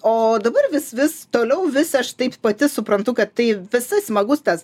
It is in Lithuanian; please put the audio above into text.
o dabar vis vis toliau vis aš taip pati suprantu kad tai visai smagus tas